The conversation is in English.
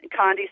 Condi